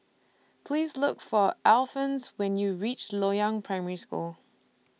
Please Look For Alphons when YOU REACH Loyang Primary School